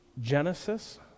Genesis